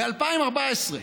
ב-2014,